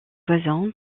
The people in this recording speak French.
voisin